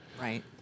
Right